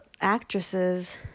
actresses